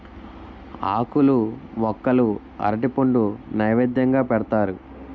ఆకులు వక్కలు అరటిపండు నైవేద్యంగా పెడతారు